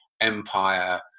Empire